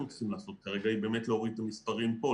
צריכים לעשות כרגע היא להוריד את המספרים פה,